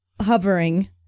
hovering